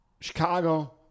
Chicago